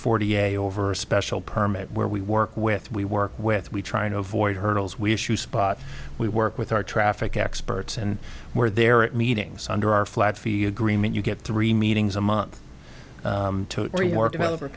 forty a over a special permit where we work with we work with we try to avoid hurdles we issue spot we work with our traffic experts and where there are meetings under our flat fee agreement you get three meetings a month where your develop